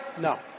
No